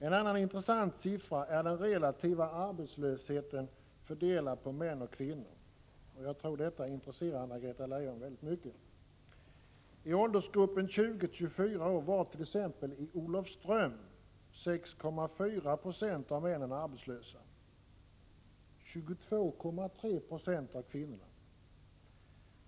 En annan intressant siffra är den relativa arbetslösheten bland män och kvinnor. Jag tror att detta intresserar Anna-Greta Leijon mycket. I åldersgruppen 20-24 år var t.ex. i Olofström 6,4 96 av männen arbetslösa och 22,3 20 av kvinnorna.